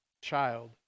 child